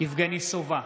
יבגני סובה,